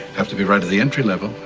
have to be right at the entry level,